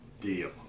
deal